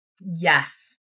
Yes